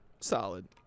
Solid